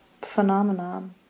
phenomenon